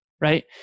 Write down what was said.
right